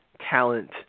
talent